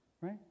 Right